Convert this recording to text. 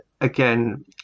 again